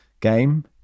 game